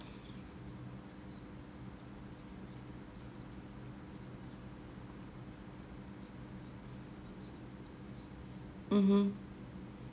mmhmm